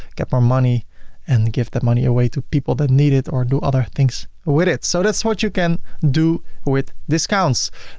get more money and give that money away to people that need it or do other things with it. so that's what you can do with discounts.